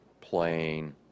playing